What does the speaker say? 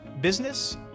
business